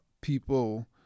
people